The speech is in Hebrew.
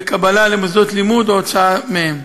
בקבלה למוסדות לימוד או הוצאה מהם.